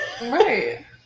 Right